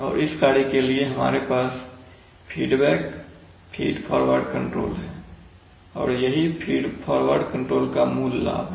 और इस कार्य के लिए हमारे पास फीडबैक फिडफारवर्ड कंट्रोल है और यही फीडफॉरवर्ड कंट्रोल का मूल लाभ है